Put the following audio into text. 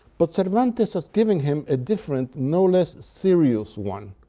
but cervantes has given him a different, no less serious one,